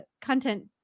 content